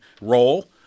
role